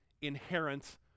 inherent